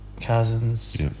Cousins